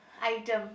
item